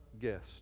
guest